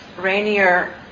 Rainier